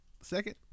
second